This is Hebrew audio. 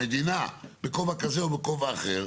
המדינה בכובע כזה או אחר,